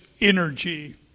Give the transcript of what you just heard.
energy